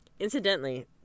Incidentally